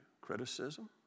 Criticism